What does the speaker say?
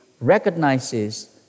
recognizes